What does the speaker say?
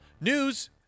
News